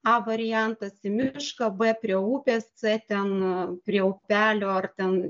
a variantas į mišką b prie upės c ten prie upelio ar ten